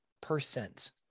percent